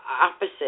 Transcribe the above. opposite